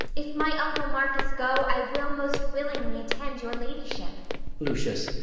if my uncle marcus go, i will most willingly attend your ladyship lucius,